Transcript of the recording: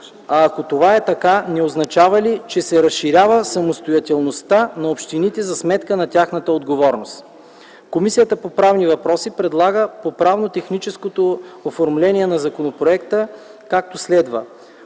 А ако това е така, не означава ли, че се разширява самостоятелността на общините за сметка на тяхната отговорност? Комисията по правни въпроси предлага по правно-техническото оформление на законопроекта, както следва: